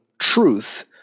truth